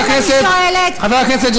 חבר הכנסת,